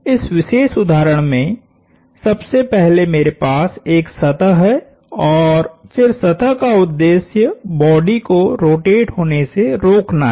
इस विशेष उदाहरण में सबसे पहले मेरे पास एक सतह है और फिर सतह का उद्देश्य बॉडी को रोटेट होने से रोकना है